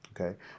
Okay